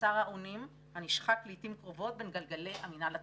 חסר האונים הנשחק לעתים קרובות בין גלגלי המינהל הציבורי".